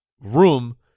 room